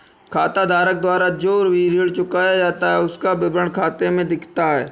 खाताधारक द्वारा जो भी ऋण चुकाया जाता है उसका विवरण खाते में दिखता है